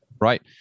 Right